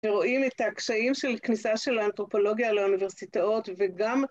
שרואים את הקשיים של כניסה של האנתרופולוגיה לאוניברסיטאות וגם